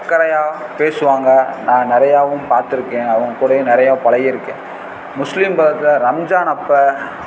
அக்கறையாக பேசுவாங்க நான் நிறையாவும் பார்த்துருக்கேன் அவங்க கூடயும் நிறையா பழகியிருக்கேன் முஸ்லீம் மதத்தில் ரம்ஜான் அப்போ